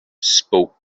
spoke